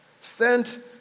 sent